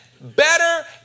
better